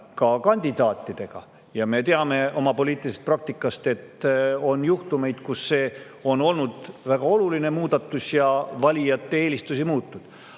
ka kandidaatidega. Me teame oma poliitilisest praktikast, et on juhtumeid, kus see on olnud väga oluline muudatus ja valijate eelistusi muutnud.